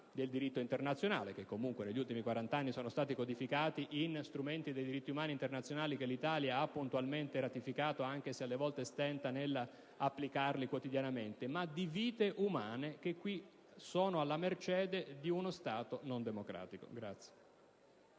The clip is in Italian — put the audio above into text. del diritto internazionale (che comunque negli ultimi 40 anni sono stati codificati in strumenti dei diritti umani internazionali, che l'Italia ha puntualmente ratificato, anche se talvolta stenta nell'applicarli quotidianamente), ma di vite umane, che qui sono alla mercé di uno Stato non democratico.